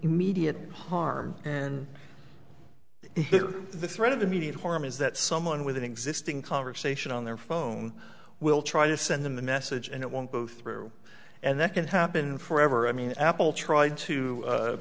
immediate harm and the threat of immediate harm is that someone with an existing conversation on their phone will try to send them the message and it won't go through and that can happen forever i mean apple tried to a